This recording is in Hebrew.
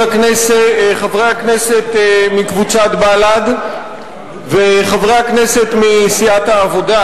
חברי הכנסת מקבוצת בל"ד וחברי הכנסת מסיעת העבודה,